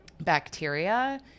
bacteria